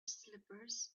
slippers